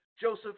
Joseph